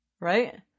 Right